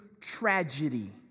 tragedy